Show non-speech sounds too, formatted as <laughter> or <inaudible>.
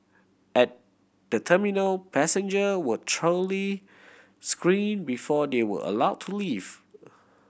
at the terminal passenger were <unintelligible> screen before they were allow to leave